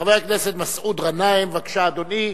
חבר הכנסת מסעוד גנאים, בבקשה, אדוני.